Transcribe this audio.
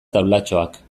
taulatxoak